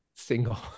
single